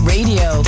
Radio